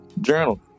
journal